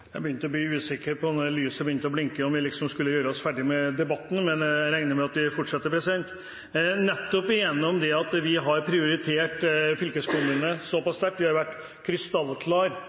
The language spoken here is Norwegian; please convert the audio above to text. Jeg begynte å bli usikker på, når lyset begynte å blinke, om vi skulle gjøre oss ferdig med debatten, men jeg regner med at vi fortsetter. Vi har prioritert fylkeskommunene sterkt, vi har hele tiden vært